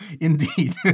Indeed